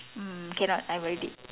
mm cannot I've already